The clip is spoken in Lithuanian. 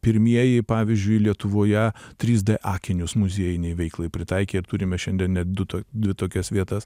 pirmieji pavyzdžiui lietuvoje trys d akinius muziejinei veiklai pritaikė ir turime šiandien net du to dvi tokias vietas